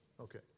Okay